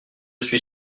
suis